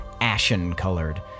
ashen-colored